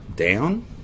down